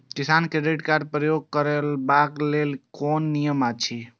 किसान credit card क प्रयोग करबाक लेल कोन नियम अछि?